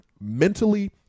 mentally